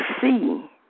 see